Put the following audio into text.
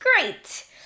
Great